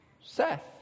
Seth